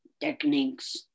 techniques